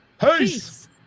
Peace